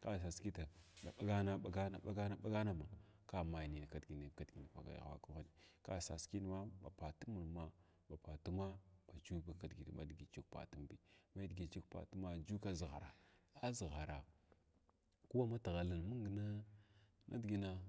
ka sas kitr ɓa ɓagan ɓagan ɓagan ɓagan ma ka mai kidigitah ka sas kna ba patum mung na ba patuma ba jug kidigiti ma digit kipatumbi ma nidigi juu kipahumbiy ju kaʒgharaa aʒghara ko amatghalin mung.